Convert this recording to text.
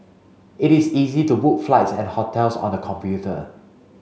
it is easy to book flights and hotels on the computer